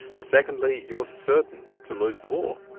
and secondly you're certain to lose the war.